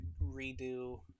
redo